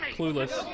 clueless